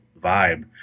vibe